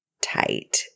tight